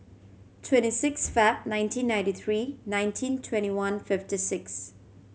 twenty six Feb nineteen ninety three nineteen twenty one fifty six